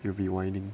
you will be whining